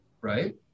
right